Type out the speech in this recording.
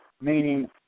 meaning